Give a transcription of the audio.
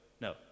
No